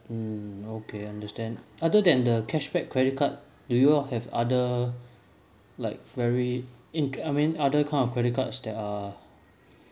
mm okay understand other than the cashback credit card do you all have other like very in~ I mean other kind of credit cards that are